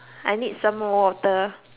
I need some water